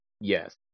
Yes